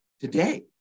today